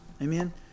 Amen